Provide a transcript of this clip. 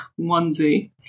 onesie